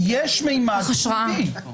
יש ממש חוקי.